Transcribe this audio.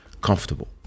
comfortable